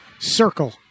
circle